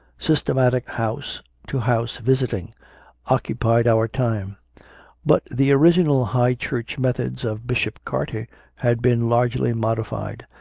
systematic house to house visiting occupied our time but the original high church methods of bishop carter had been largely modified,